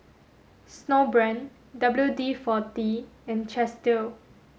snowbrand W D forty and Chesdale